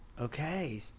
okay